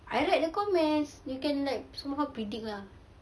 I read the comments you can like somehow predict lah